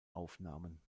aufnahmen